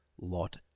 lot